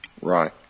Right